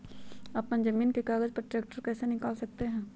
अपने जमीन के कागज पर ट्रैक्टर कैसे निकाल सकते है?